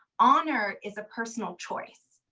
honor is a personal choice.